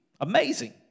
Amazing